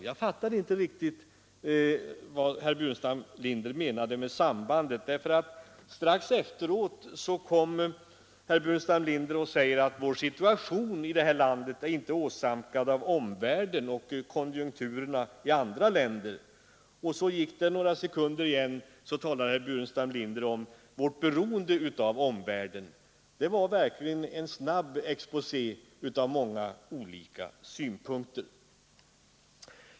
Jag fattade inte riktigt vad herr Burenstam Linder menade med sambandet. Strax därpå sade han nämligen att vår situation här i landet inte beror på förhållandena i omvärlden och konjunkturerna i andra länder. Så gick det några sekunder igen, och då talade herr Burenstam Linder om vårt beroende av omvärlden. Det var verkligen en snabb exposé över många olika synpunkter.